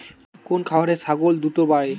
কোন খাওয়ারে ছাগল দ্রুত বাড়ে?